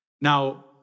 Now